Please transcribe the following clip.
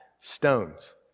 stones